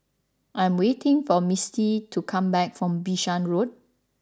I am waiting for Mistie to come back from Bishan Road